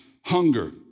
hunger